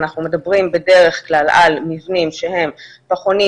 אנחנו מדברים בדרך כלל על מבנים שהם פחונים,